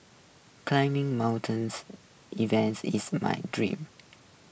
climbing mountains events is my dream